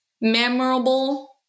memorable